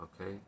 okay